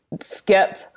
skip